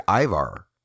Ivar